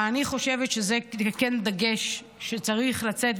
אני חושבת שזה דגש שצריך לצאת,